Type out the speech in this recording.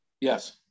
Yes